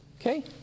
Okay